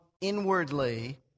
inwardly